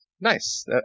Nice